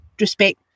respect